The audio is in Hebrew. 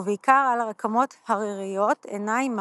ובעיקר על הרקמות הריריות עיניים,